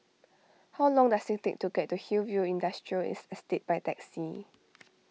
how long does it take to get to Hillview Industrial its Estate by taxi